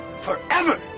forever